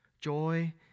Joy